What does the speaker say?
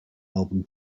album